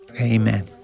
Amen